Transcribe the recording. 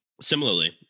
similarly